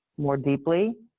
more deeply,